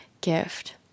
gift